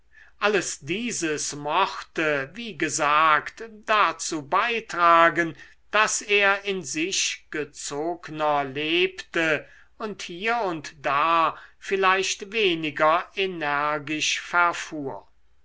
alles dieses mochte wie gesagt dazu beitragen daß er in sich gezogner lebte und hier und da vielleicht weniger energisch verfuhr